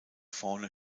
vorne